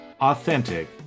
authentic